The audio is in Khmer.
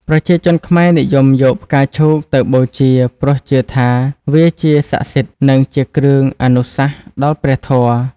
ប្រជាជនខ្មែរនិយមយកផ្កាឈូកទៅបូជា ព្រោះជឿថាវាជាសក្ដិសិទ្ធិ និងជាគ្រឿងអនុសាសន៍ដល់ព្រះធម៌។